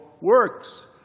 Works